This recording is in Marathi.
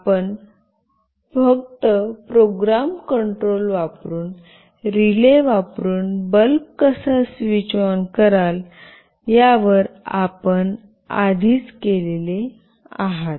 आपण फक्त प्रोग्राम कंट्रोल वापरुन रिले वापरुन बल्ब कसा स्विचऑन कराल यावर आपण आधीच आलेले आहात